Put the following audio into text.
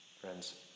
Friends